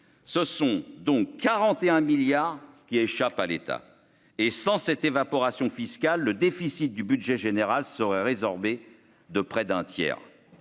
ce sont donc 41 milliards qui échappent à l'état et sans cette évaporation fiscale, le déficit du budget général serait résorbé de près d'un tiers